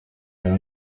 cya